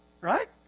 right